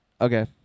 Okay